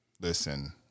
listen